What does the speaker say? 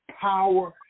power